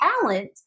talent